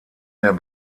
der